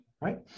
right